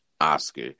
Oscar